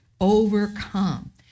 Overcome